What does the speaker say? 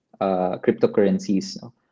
cryptocurrencies